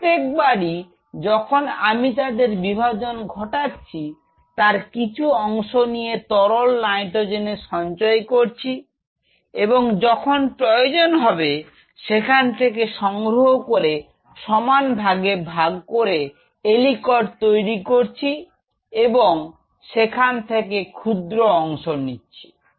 প্রত্যেকবারই যখন আমি তাদের বিভাজন ঘটাচ্ছি তার কিছু অংশ নিয়ে তরল নাইট্রোজেনে সঞ্চয় করছি এবং যখন প্রয়োজন হবে সেখান থেকে সংগ্রহ করে সমান ভাগে ভাগ করে এলিকট তৈরি করছি এবং সেখান থেকে ক্ষুদ্র অংশ নিচ্ছি